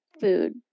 food